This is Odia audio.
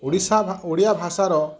ଓଡ଼ିଶା ଓଡ଼ିଆ ଭାଷାର